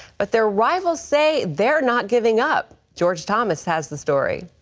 but their rivals say they're not giving up. george thomas has the story.